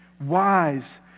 wise